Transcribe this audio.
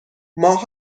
ماه